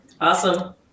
Awesome